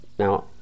Now